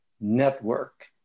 network